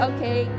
Okay